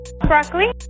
Broccoli